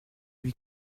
lui